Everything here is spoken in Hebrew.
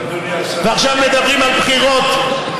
ועכשיו מדברים על בחירות,